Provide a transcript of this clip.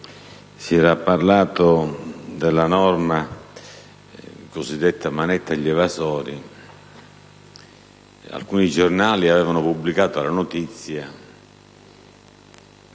si era parlato della norma cosiddetta manette agli evasori, alcuni giornali avevano pubblicato la notizia